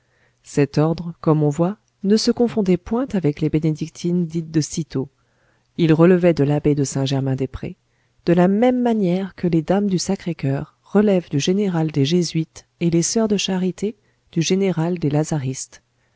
cet ordre comme on voit ne se confondait point avec les bénédictines dites de cîteaux il relevait de l'abbé de saint-germain des prés de la même manière que les dames du sacré-coeur relèvent du général des jésuites et les soeurs de charité du général des lazaristes